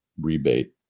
rebate